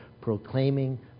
proclaiming